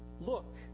Look